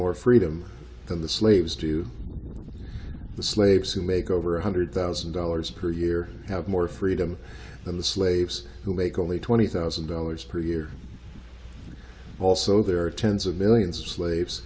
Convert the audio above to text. more freedom than the slaves do the slaves who make over one hundred thousand dollars per year have more freedom than the slaves who make only twenty thousand dollars per year also there are tens of millions of slaves